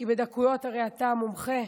כי הרי בדקויות אתה מומחה.